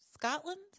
Scotland